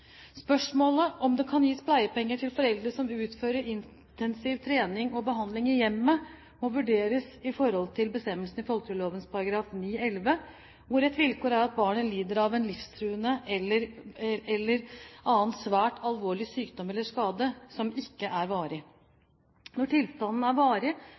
om det kan gis pleiepenger til foreldre som utfører intensiv trening og behandling i hjemmet, må vurderes i forhold til bestemmelsen i folketrygdloven § 9-11, hvor et vilkår er at barnet «har en livstruende eller annen svært alvorlig sykdom eller skade» som ikke er varig. Når tilstanden er varig,